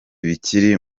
bikiri